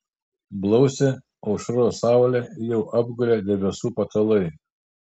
blausią aušros saulę jau apgulė debesų patalai